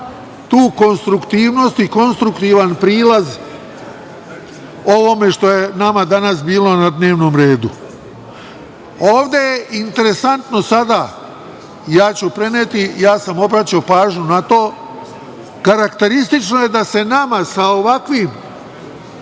tu konstruktivnost i konstruktivan prilaz ovome što je nama danas bilo na dnevnom redu. Ovde je interesantno sada, ja sam obraćao pažnju na to, karakteristično je da se nama sa ovakvim